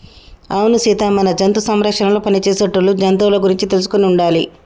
అవును సీత మన జంతు సంరక్షణలో పని చేసేటోళ్ళు జంతువుల గురించి తెలుసుకొని ఉండాలి